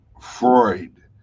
Freud